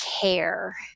care